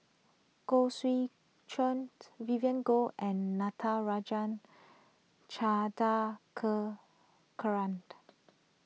Khoo Swee Chiow Vivien Goh and Natarajan